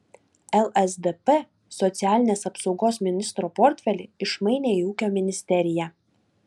lsdp socialinės apsaugos ministro portfelį išmainė į ūkio ministeriją